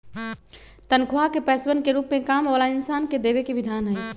तन्ख्वाह के पैसवन के रूप में काम वाला इन्सान के देवे के विधान हई